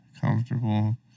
comfortable